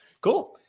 Cool